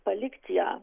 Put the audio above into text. palikti ją